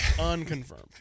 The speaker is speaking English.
Unconfirmed